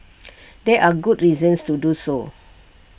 there are good reasons to do so